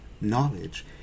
knowledge